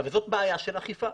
וזאת בעיה של אכיפה.